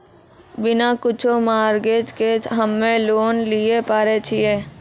बिना कुछो मॉर्गेज के हम्मय लोन लिये पारे छियै?